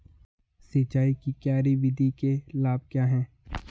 सिंचाई की क्यारी विधि के लाभ क्या हैं?